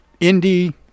indie